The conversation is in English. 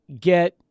get